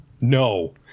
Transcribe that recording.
No